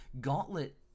Gauntlet